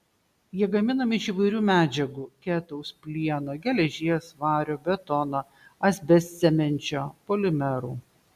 jie gaminami iš įvairių medžiagų ketaus plieno geležies vario betono asbestcemenčio polimerų